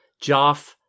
joff